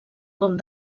com